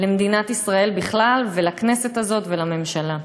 למדינת ישראל בכלל ולכנסת הזאת ולממשלה,